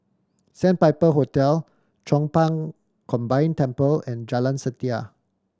Sandpiper Hotel Chong Pang Combined Temple and Jalan Setia